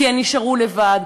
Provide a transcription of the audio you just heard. כי הן נשארו לבד,